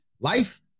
Life